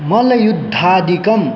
मल्लयुद्धादिकं